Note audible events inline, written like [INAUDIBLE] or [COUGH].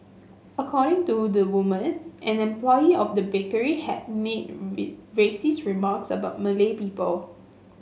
according to the woman an employee of the bakery had made [UNINTELLIGIBLE] racist remarks about Malay people